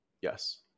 Yes